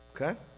Okay